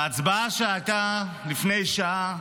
בהצבעה שהייתה לפני שעה,